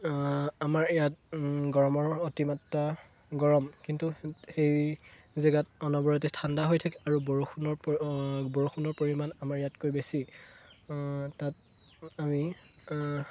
আমাৰ ইয়াত গৰমৰ অতিমাত্ৰা গৰম কিন্তু সেই জেগাত অনবৰতে ঠাণ্ডা হৈ থাকে আৰু বৰষুণৰ বৰষুণৰ পৰিমাণ আমাৰ ইয়াতকৈ বেছি তাত আমি